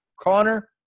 Connor